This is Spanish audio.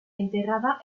enterrada